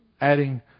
adding